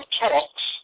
talks